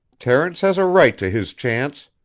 terence has a right to his chance.